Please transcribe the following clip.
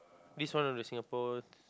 this one of the Singapore's